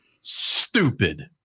stupid